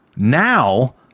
Now